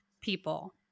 people